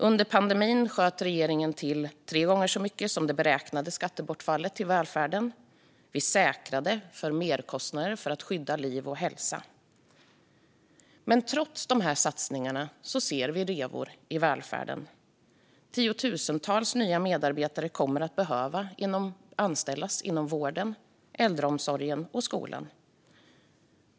Under pandemin sköt regeringen till tre gånger så mycket som det beräknade skattebortfallet till välfärden. Vi säkrade för merkostnader för att skydda liv och hälsa. Men trots dessa satsningar ser vi revor i välfärden. Tiotusentals nya medarbetare kommer att behöva anställas inom vården, äldreomsorgen och skolan.